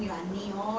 ya